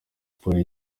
sports